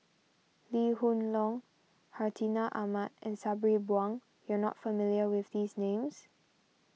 Lee Hoon Leong Hartinah Ahmad and Sabri Buang you are not familiar with these names